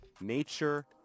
Nature